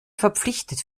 verpflichtet